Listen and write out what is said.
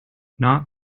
not